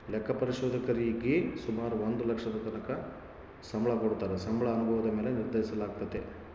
ಲೆಕ್ಕ ಪರಿಶೋಧಕರೀಗೆ ಸುಮಾರು ಒಂದು ಲಕ್ಷದತಕನ ಸಂಬಳ ಕೊಡತ್ತಾರ, ಸಂಬಳ ಅನುಭವುದ ಮ್ಯಾಲೆ ನಿರ್ಧರಿಸಲಾಗ್ತತೆ